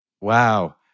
Wow